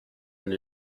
and